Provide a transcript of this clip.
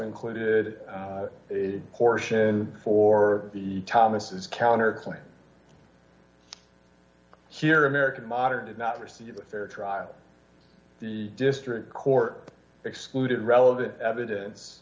included a portion for the thomases counterpoint here american modern did not receive a fair trial the district court excluded relevant evidence